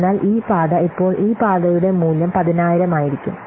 അതിനാൽ ഈ പാത ഇപ്പോൾ ഈ പാതയുടെ മൂല്യം 10000 ആയിരിക്കും